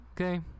okay